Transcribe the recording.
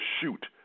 shoot